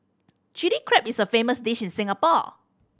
Chilli Crab is a famous dish in Singapore